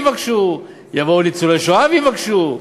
יבואו ניצולי שואה ויבקשו,